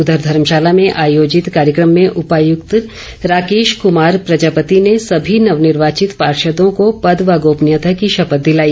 उधर धर्मशाला में आयोजित कार्यक्रम में उपायुक्त राकेश कुमार प्रजापति ने सभी नवनिर्वाचित पार्षदों को पद व गोपनीयता की शपथ दिलाई